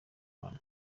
bantu